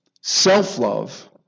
self-love